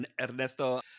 Ernesto